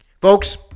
Folks